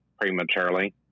prematurely